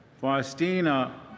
faustina